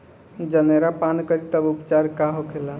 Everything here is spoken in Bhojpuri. जनेरा पान करी तब उपचार का होखेला?